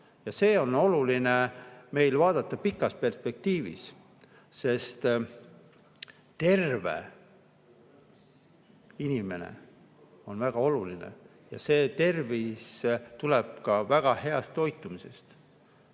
Ja seda on meil oluline vaadata pikas perspektiivis, sest terve inimene on väga oluline. Ja tervis tuleb väga heast toitumisest,